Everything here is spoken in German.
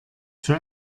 für